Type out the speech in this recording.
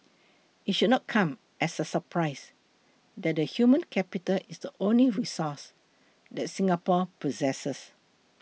it should not come as a surprise that the human capital is the only resource that Singapore possesses